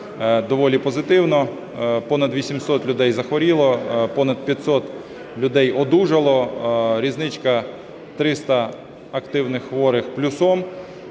доволі позитивна: понад 800 людей захворіло, понад 500 людей одужало, різниця – 300 активних хворих плюсом.